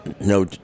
no